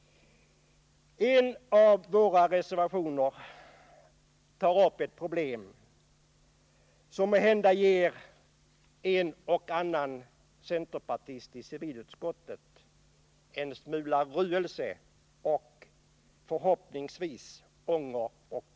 En av våra reservationer tar upp ett problem som måhända ger en och annan centerpartist i civilutskottet anledning till en smula ruelse och — förhoppningsvis — botgörelse.